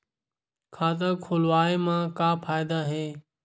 खाता खोलवाए मा का फायदा हे